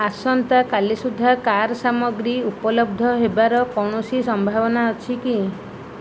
ଆସନ୍ତା କାଲି ସୁଦ୍ଧା କାର୍ ସାମଗ୍ରୀ ଉପଲବ୍ଧ ହେବାର କୌଣସି ସମ୍ଭାବନା ଅଛି କି